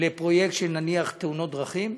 לפרויקט של תאונות דרכים,